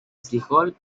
frijol